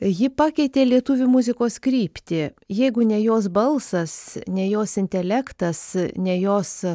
ji pakeitė lietuvių muzikos kryptį jeigu ne jos balsas ne jos intelektas ne jos